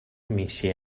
ammessi